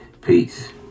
Peace